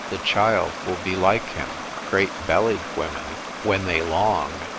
the child will be like him. great-bellied women, when they long,